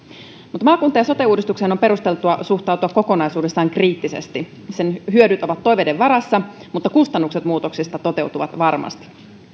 maakunta ja sote uudistukseen on perusteltua suhtautua kokonaisuudessaan kriittisesti sen hyödyt ovat toiveiden varassa mutta kustannukset muutoksista toteutuvat varmasti